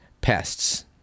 pests